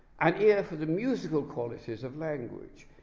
an ear for the musical qualities of language,